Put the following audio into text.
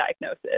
diagnosis